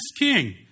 king